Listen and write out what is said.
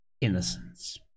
innocence